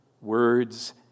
words